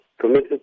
committed